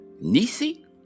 Nisi